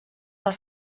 per